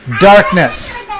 darkness